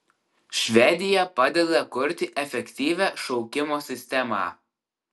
švedija padeda kurti efektyvią šaukimo sistemą